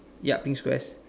yup pink squares